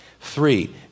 Three